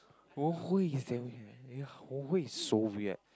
Wenhui is damn weird Wenhui is so weird